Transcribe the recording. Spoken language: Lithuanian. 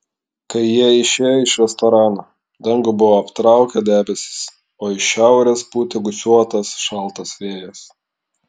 kai jie išėjo iš restorano dangų buvo aptraukę debesys o iš šiaurės pūtė gūsiuotas šaltas vėjas